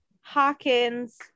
Hawkins